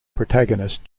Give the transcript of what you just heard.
protagonist